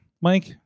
Mike